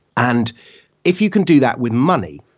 and if you can do that with money,